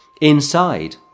inside